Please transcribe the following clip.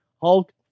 hulk